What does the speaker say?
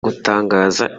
gutangaza